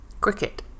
Cricket